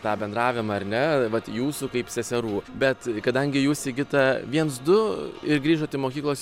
tą bendravimą ar ne vat jūsų kaip seserų bet kadangi jūs sigita viens du ir grįžot į mokyklos